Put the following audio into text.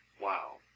Wow